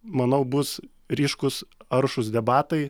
manau bus ryškūs aršūs debatai